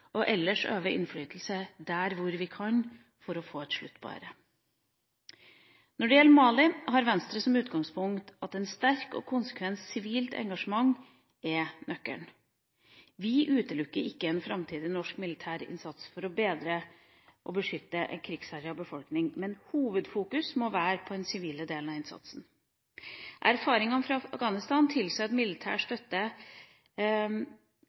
og ellers øve innflytelse der vi kan, for å få slutt på dette. Når det gjelder Mali, har Venstre som utgangspunkt at et sterkt og konsekvent sivilt engasjement er nøkkelen. Vi utelukker ikke en framtidig norsk militær innsats for å bedre og beskytte en krigsherjet befolkning, men hovedfokuset må være på den sivile delen av innsatsen. Erfaringene fra Afghanistan tilsier at militær